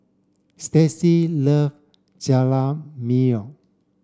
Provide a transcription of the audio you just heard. Stacey love Jajangmyeon